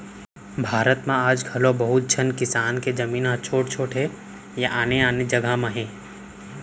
भारत म आज घलौ बहुत झन किसान के जमीन ह छोट छोट हे या आने आने जघा म हे